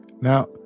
Now